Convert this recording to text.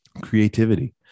Creativity